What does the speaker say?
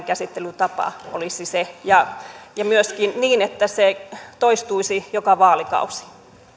käsittelytapa olisi se ja ja että se myöskin toistuisi joka vaalikausi